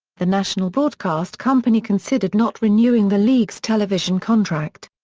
the national broadcast company considered not renewing the league's television contract.